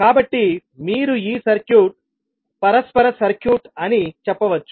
కాబట్టి మీరు ఈ సర్క్యూట్ పరస్పర సర్క్యూట్ అని చెప్పవచ్చు